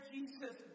Jesus